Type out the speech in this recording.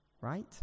Right